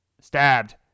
Stabbed